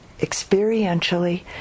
experientially